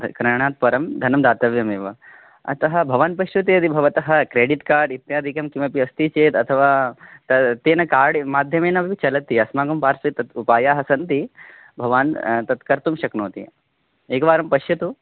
क्रयणात् परं धनं दातव्यमेव अतः भवान् पश्यतु यदि भवतः क्रेडिट् कार्ड् इत्यादिकं किमपि अस्ति चेद् अथवा त तेन कार्ड् माद्यमेन चलति अस्माकम् पार्श्वे तद् उपायाः सन्ति भवान् तत् कर्तुं शक्नोति एकवारं पश्यतु